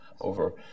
over